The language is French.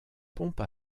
pompe